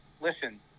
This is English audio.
listen